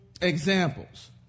examples